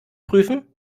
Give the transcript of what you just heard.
prüfen